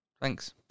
thanks